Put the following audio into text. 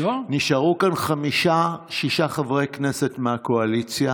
נשארו כאן חמישה-שישה חברי כנסת מהאופוזיציה